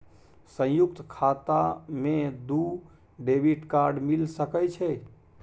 संयुक्त खाता मे दू डेबिट कार्ड मिल सके छै?